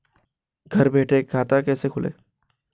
घर बैठे खाता कैसे खोलें?